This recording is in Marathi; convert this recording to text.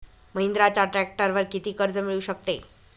महिंद्राच्या ट्रॅक्टरवर किती कर्ज मिळू शकते?